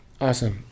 Awesome